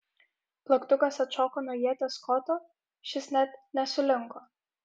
plaktukas atšoko nuo ieties koto šis net nesulinko